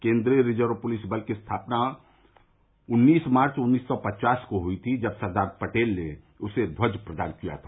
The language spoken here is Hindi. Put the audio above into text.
केन्द्रीय रिजर्व पुलिस बल की स्थापना उन्नीस मार्च उन्नीस सौ पचास को हुई थी जब सरदार पटेल ने उसे ध्वज प्रदान किया था